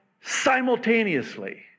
simultaneously